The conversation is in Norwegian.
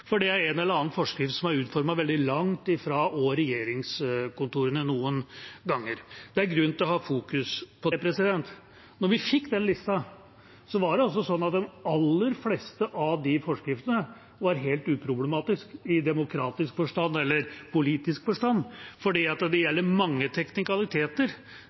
for det er en eller annen forskrift som er utformet veldig langt fra også regjeringskontorene noen ganger. Så det er grunn til å ha dette i fokus. La meg legge til: Da vi fikk den lista, var de aller fleste av forskriftene helt uproblematiske i demokratisk og politisk forstand, for det gjelder mange teknikaliteter,